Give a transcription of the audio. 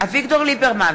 אביגדור ליברמן,